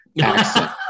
accent